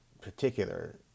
particular